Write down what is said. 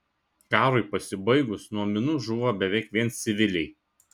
karui pasibaigus nuo minų žūva beveik vien civiliai